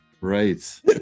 Right